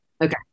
Okay